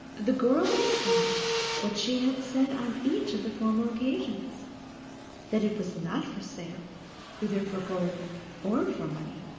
the girl said what she had said on each of the former occasions that it was not for sale either for gold or for money,